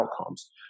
outcomes